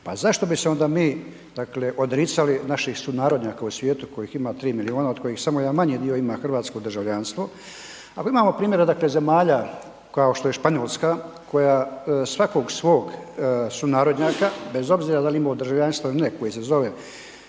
Pa zašto bi se onda mi odricali naših sunarodnjaka u svijetu kojih ima 3 milijuna od kojih samo jedan manji dio ima hrvatsko državljanstvo. Ali imamo primjera zemalja kao što je Španjolska koja svakog svog sunarodnjaka bez obzira da li imao državljanstvo ili ne, koji se zove Ramos,